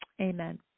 Amen